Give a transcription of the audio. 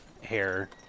hair